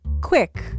quick